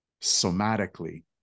somatically